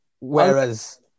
Whereas